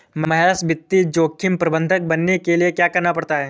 महेश वित्त जोखिम प्रबंधक बनने के लिए क्या करना पड़ता है?